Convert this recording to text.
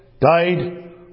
died